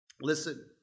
Listen